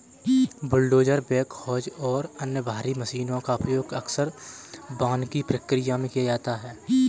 bulldozer backhoes और अन्य भारी मशीनों का उपयोग अक्सर वानिकी प्रक्रिया में किया जाता है